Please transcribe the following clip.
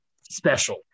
special